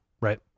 right